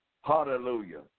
Hallelujah